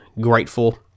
grateful